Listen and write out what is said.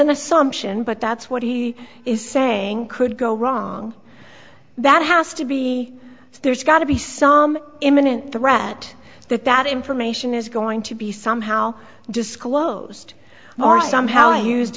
an assumption but that's what he is saying could go wrong that has to be there's got to be some imminent threat that that information is going to be somehow disclosed or somehow used